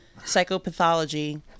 psychopathology